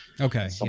Okay